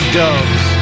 doves